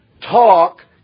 talk